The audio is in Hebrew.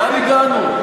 לאן הגענו?